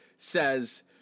says